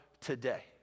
today